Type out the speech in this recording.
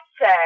say